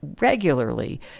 regularly